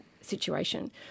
situation